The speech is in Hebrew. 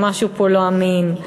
שמשהו פה לא אמין,